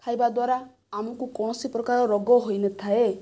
ଖାଇବା ଦ୍ୱାରା ଆମକୁ କୌଣସି ପ୍ରକାର ରୋଗ ହୋଇନଥାଏ